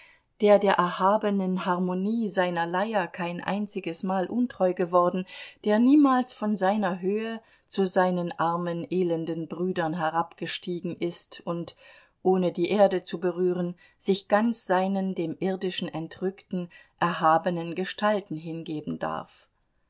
der der erhabenen harmonie seiner leier kein einziges mal untreu geworden der niemals von seiner höhe zu seinen armen elenden brüdern herabgestiegen ist und ohne die erde zu berühren sich ganz seinen dem irdischen entrückten erhabenen gestalten hingeben darf